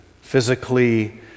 physically